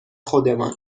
خودمان